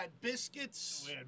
biscuits